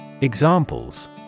Examples